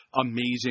amazing